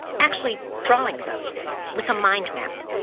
actually drawing them with a mind map.